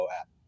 app